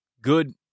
good